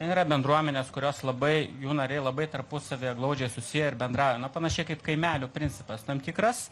ten yra bendruomenės kurios labai jų nariai labai tarpusavyje glaudžiai susiję ir bendrauja na panašiai kaip kaimelių principas tam tikras